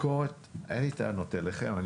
הביקורת אין לי טענות אליכם.